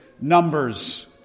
Numbers